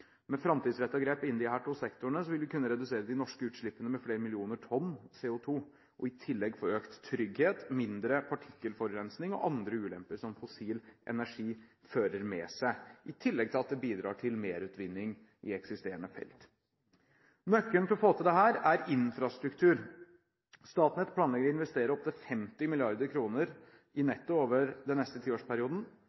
Med framtidsrettede grep innen disse to sektorene vil vi kunne redusere de norske utslippene med flere millioner tonn CO2 og i tillegg få økt trygghet, mindre partikkelforurensning og andre ulemper som fossil energi fører med seg, i tillegg til at det bidrar til merutvinning i eksisterende felt. Nøkkelen til å få til dette er infrastruktur. Statnett planlegger å investere opptil 50 mrd. kr i